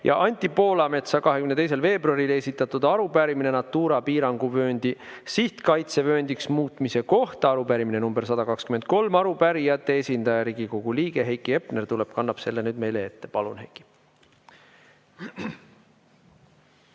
ja Anti Poolametsa 22. veebruaril esitatud arupärimine Natura piiranguvööndi sihtkaitsevööndiks muutmise kohta. Arupärimine nr 123. Arupärijate esindaja, Riigikogu liige Heiki Hepner tuleb ja kannab selle nüüd meile ette. Palun, Heiki!